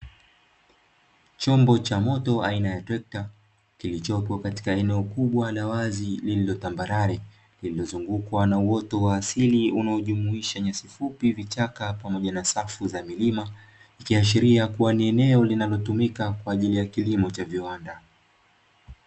Chombo cha moto aina ya trekta, kilichopo katika eneo kubwa la wazi lililo tambarare, lililozungukwa na uoto wa asili unaojumuisha nyasi fupi, vichaka pamoja na safu za milima ikiashiria kuwa ni eneo linalotumika kwa ajili ya kilimo cha viwanda.